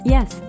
Yes